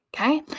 Okay